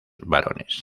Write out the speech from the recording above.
varones